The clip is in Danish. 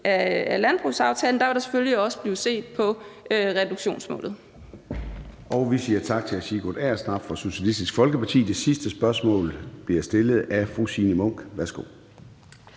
af landbrugsaftalen vil der selvfølgelig også blive set på reduktionsmålet.